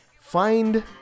find